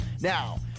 Now